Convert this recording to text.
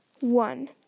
One